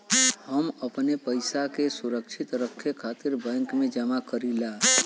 हम अपने पइसा के सुरक्षित रखे खातिर बैंक में जमा करीला